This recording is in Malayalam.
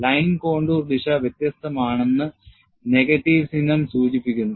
ലൈൻ കോണ്ടൂർ ദിശ വ്യത്യസ്തമാണെന്ന് നെഗറ്റീവ് ചിഹ്നം സൂചിപ്പിക്കുന്നു